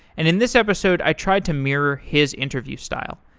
and in this episode, i try to mirror his interview style.